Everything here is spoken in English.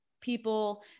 people